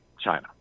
China